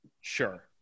Sure